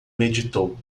meditou